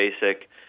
basic